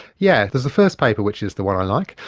yeah there's the first paper, which is the one i like,